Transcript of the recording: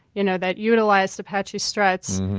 you know, that utilizes apache struts,